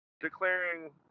declaring